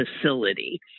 facility